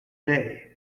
bay